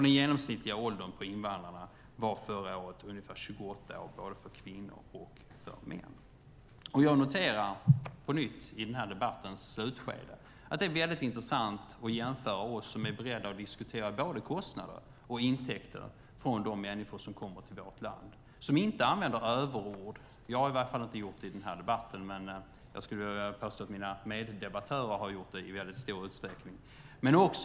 Den genomsnittliga åldern på invandrarna var förra året ungefär 28 år för både kvinnor och män. Jag noterar på nytt i debattens slutskede att det är väldigt intressant att jämföra med oss som är beredda att diskutera både kostnader och intäkter för de människor som kommer till vårt land. Vi använder inte överord. Jag har i varje fall inte gjort det i den här debatten. Men jag skulle vilja påstå att mina meddebattörer har gjort det i väldigt stor utsträckning.